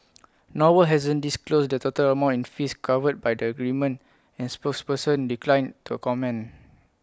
noble hasn't disclosed the total amount in fees covered by the agreement and spokesperson declined to comment